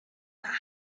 baden